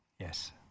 Yes